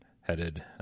headed